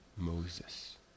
Moses